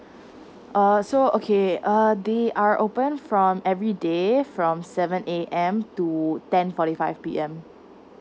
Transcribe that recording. err so okay err they are open from everyday from seven A_M to ten forty five P_M